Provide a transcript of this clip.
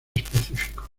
específicos